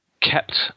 kept